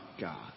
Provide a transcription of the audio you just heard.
God